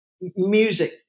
music